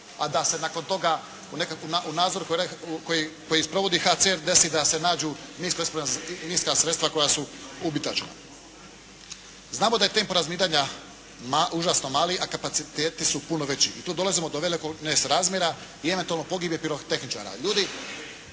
a da se nakon toga u nadzoru koji sprovodi HCR desi da se nađu minska sredstva koja su ubitačna. Znamo da je tempo razminiranje užasno mali, a kapaciteti su puno veći i tu dolazimo do velikom nesrazmjera i eventualne pogibije pirotehničara.